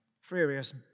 Furious